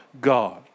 God